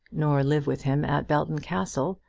nor live with him at belton castle,